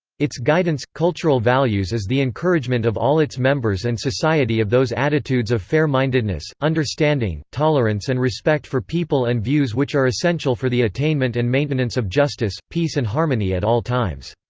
its guidance, cultural values is the encouragement of all its members and society of those attitudes of fair mindedness, understanding, tolerance and respect for people and views which are essential for the attainment and maintenance of justice, peace and harmony at all times.